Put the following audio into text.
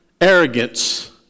arrogance